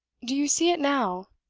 do you see it now?